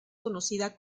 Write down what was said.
conocida